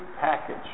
package